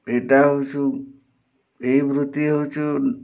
ଏଇଟା ହେଉଛି ଏହି ବୃତ୍ତି ହେଉଛି